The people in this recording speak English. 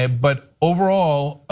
ah but overall